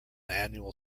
annual